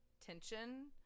tension